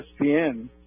ESPN